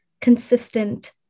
consistent